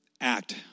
act